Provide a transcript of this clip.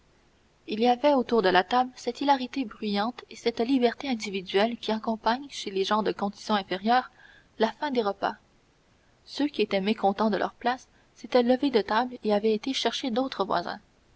il y avait autour de la table cette hilarité bruyante et cette liberté individuelle qui accompagnent chez les gens de condition inférieure la fin des repas ceux qui étaient mécontents de leur place s'étaient levés de table et avaient été chercher d'autres voisins